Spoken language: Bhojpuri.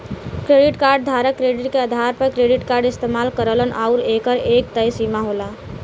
क्रेडिट कार्ड धारक क्रेडिट के आधार पर क्रेडिट कार्ड इस्तेमाल करलन आउर एकर एक तय सीमा होला